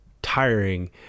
tiring